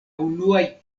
unuaj